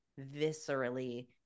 viscerally